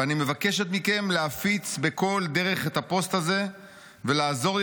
ואני מבקשת מכם להפיץ בכל דרך את הפוסט הזה ולעזור לי